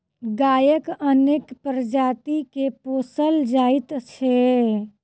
गायक अनेक प्रजाति के पोसल जाइत छै